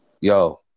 Yo